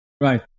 Right